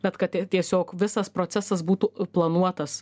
bet kad tiesiog visas procesas būtų planuotas